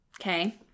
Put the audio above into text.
Okay